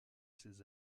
ces